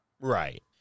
Right